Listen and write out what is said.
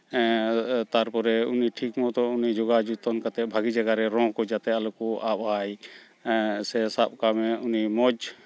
ᱛᱟᱨᱯᱚᱨᱮ ᱩᱱᱤ ᱴᱷᱤᱠᱢᱚᱛᱚ ᱩᱱᱤ ᱡᱚᱜᱟᱣᱡᱚᱛᱚᱱ ᱠᱟᱛᱮᱫ ᱵᱷᱟᱜᱮ ᱡᱟᱭᱜᱟ ᱨᱮ ᱨᱚ ᱠᱚ ᱡᱟᱛᱮ ᱟᱞᱚ ᱠᱚ ᱟᱵᱽ ᱟᱭ ᱥᱮ ᱥᱟᱵ ᱠᱟᱜ ᱢᱮ ᱩᱱᱤ ᱢᱚᱡᱽ